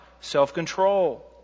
self-control